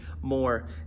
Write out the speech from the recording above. more